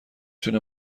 تونه